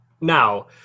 Now